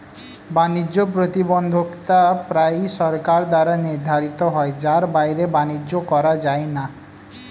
বাণিজ্য প্রতিবন্ধকতা প্রায়ই সরকার দ্বারা নির্ধারিত হয় যার বাইরে বাণিজ্য করা যায় না